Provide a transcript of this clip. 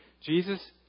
Jesus